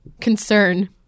concern